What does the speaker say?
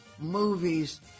movies